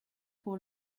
pour